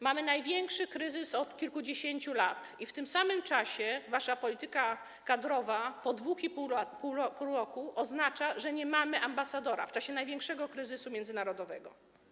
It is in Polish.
Mamy największy kryzys od kilkudziesięciu lat i w tym samym czasie wasza polityka kadrowa po 2,5 roku oznacza, że nie mamy ambasadora - w czasie największego kryzysu międzynarodowego.